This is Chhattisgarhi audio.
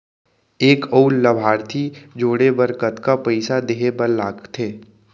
एक अऊ लाभार्थी जोड़े बर कतका पइसा देहे बर लागथे?